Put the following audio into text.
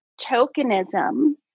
tokenism